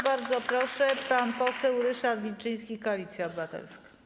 Bardzo proszę, pan poseł Ryszard Wilczyński, Koalicja Obywatelska.